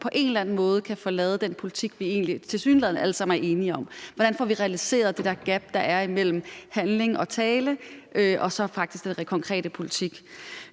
sådan, vi ligesom kan få lavet den politik, vi egentlig tilsyneladende alle sammen er enige om. Hvordan får vi realiseret det der gap, der er imellem handling og tale og så den konkrete politik?